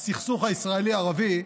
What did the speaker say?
הסכסוך הישראלי ערבי,